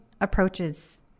approaches